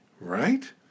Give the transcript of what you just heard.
right